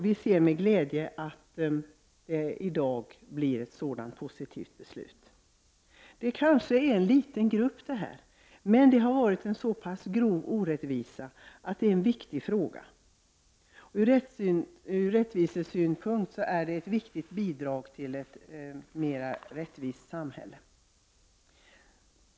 Vi ser nu med glädje fram emot att ett sådant positivt beslut skall fattas i dag. Det handlar om en liten grupp, men den orättvisa som har drabbat den har varit så stor att detta är en viktig fråga. Ur rättvisesynpunkt är det kommande beslutet ett viktigt bidrag till ett mer rättvist samhälle.